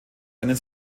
einen